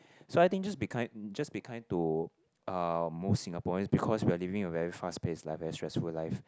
so I think just be kind uh just be kind to uh most Singaporeans because we are living in a very fast pace like very stressful life